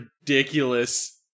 ridiculous